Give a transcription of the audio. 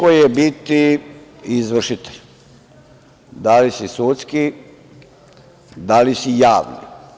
Teško je biti i izvršitelj, da li si sudski, da li si javni.